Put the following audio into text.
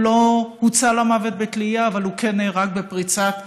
הוא לא הוצא למוות בתלייה, אבל הוא כן נהרג בפריצת